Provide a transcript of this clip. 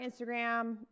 Instagram